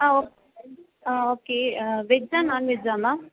ஆ ஓ ஆ ஓகே வெஜ்ஜா நான்வெஜ்ஜா மேம்